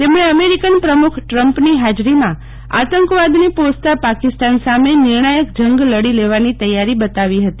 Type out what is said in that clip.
તેમણે અમેરિકન પ્રમુખ ટ્રમ્પની હાજરીમાં આંતકવાદને પોષતા પાકિસ્તાન સામે નિર્ણાયક જંગ લડી લેવાની તૈયારી બતાવી હતી